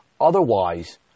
Otherwise